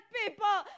people